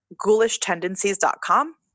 ghoulishtendencies.com